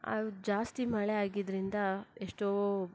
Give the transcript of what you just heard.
ಜಾಸ್ತಿ ಮಳೆ ಆಗಿದ್ದರಿಂದ ಎಷ್ಟೋ